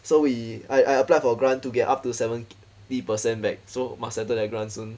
so we I I applied for grant to get up to seventy percent back so must settle that grant soon